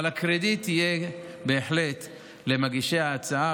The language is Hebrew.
אבל הקרדיט יהיה בהחלט למגישי ההצעה,